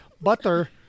butter